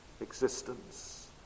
existence